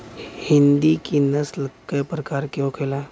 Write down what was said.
हिंदी की नस्ल का प्रकार के होखे ला?